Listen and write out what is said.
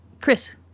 Chris